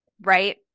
right